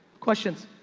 questions.